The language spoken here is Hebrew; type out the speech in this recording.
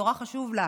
נורא חשוב לה.